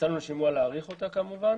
נתנו לשימוע להאריך אותה, כמובן.